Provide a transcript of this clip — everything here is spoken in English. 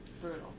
Brutal